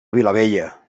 vilabella